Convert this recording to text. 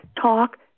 talk